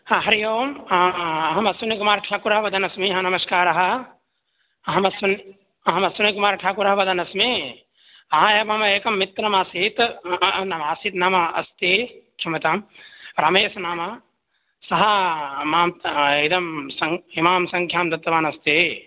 हा हरिः ओं अहमश्विनिकुमारठाकुरः वदन्नस्मि नमस्कारः अहमस्विन् अहमस्विनिकुमारठाकुरः वदन्नस्मि एकं मम मित्रमासीत् आसीत् नाम अस्ति क्षम्यतां रमेशनामा सः मां इदं संक् इमां सङ्ख्यां दत्तवानस्ति